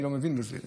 אני לא מבין בזה.